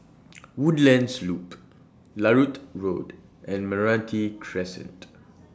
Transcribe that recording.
Woodlands Loop Larut Road and Meranti Crescent